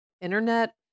internet